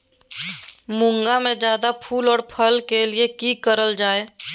मुंग में जायदा फूल और फल के लिए की करल जाय?